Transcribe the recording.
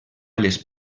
les